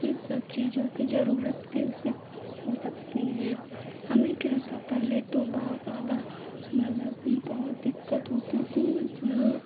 इस सब चीज़ों की ज़रूरत भी उससे हो सकती हैं हमें क्या था पहले तो बहुत ज़्यादा मतलब बहुत दिक्कत होती थी इसलिए